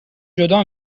جدا